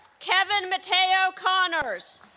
kevin mateo connors